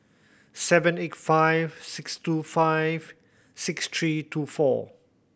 seven eight five six two five six three two four